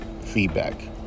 feedback